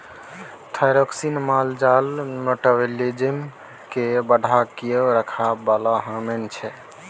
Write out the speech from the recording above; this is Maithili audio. थाइरोक्सिन माल जालक मेटाबॉलिज्म केँ बढ़ा कए राखय बला हार्मोन छै